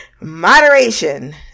Moderation